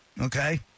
okay